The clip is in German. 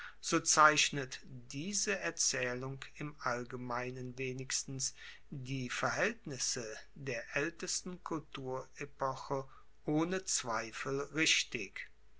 so zeichnet diese erzaehlung im allgemeinen wenigstens die verhaeltnisse der aeltesten kulturepoche ohne zweifel richtig